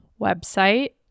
website